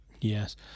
Yes